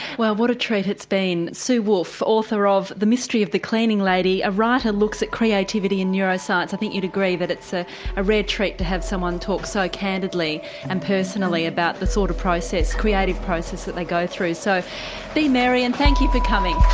well what a treat it's been, sue woolfe, author of the mystery of the cleaning lady, a writer looks at creativity and neuroscience. i think you'd agree that it's ah a rare treat to have someone talk so candidly and personally about the sort of process, creative process that they like go through so be merry and thank you for coming.